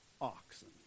oxen